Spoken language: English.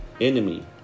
enemy